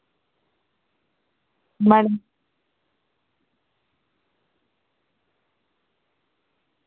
madam